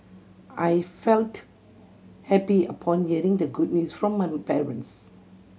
I felt happy upon hearing the good news from my parents